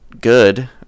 good